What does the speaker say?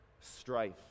strife